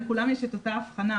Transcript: לכולם יש את אותה אבחנה,